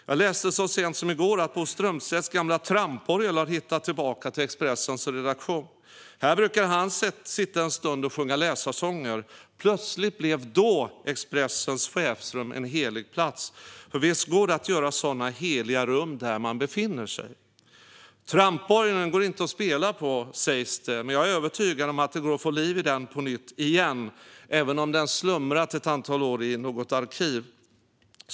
Jag läste så sent som i går att Bo Strömstedts gamla tramporgel har hittat tillbaka till Expressens redaktion. Där brukade han sitta en stund och sjunga läsarsånger. Plötsligt blev Expressens chefsrum en helig plats. Visst går det att göra sådana heliga rum där man befinner sig. Tramporgeln går inte att spela på, sägs det, men jag är övertygad om att det går att få liv i den på nytt igen även om den slumrat ett antal år i något arkiv.